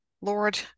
Lord